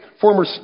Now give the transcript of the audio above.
former